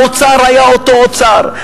האוצר היה אותו אוצר,